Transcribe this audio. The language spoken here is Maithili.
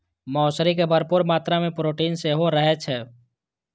मौसरी मे भरपूर मात्रा मे प्रोटीन सेहो रहै छै